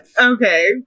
Okay